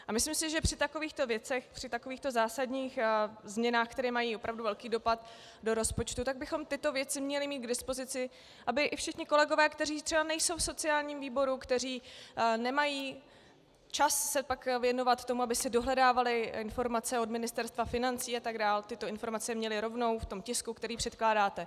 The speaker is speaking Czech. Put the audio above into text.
A myslím si, že při takovýchto věcech, při takovýchto zásadních změnách, které mají opravdu velký dopad do rozpočtu, bychom tyto věci měli mít k dispozici, aby i všichni kolegové, kteří třeba nejsou v sociálním výboru, kteří nemají čas se pak věnovat tomu, aby si dohledávali informace od Ministerstva financí atd., tyto informace měli rovnou v tom tisku, který předkládáte.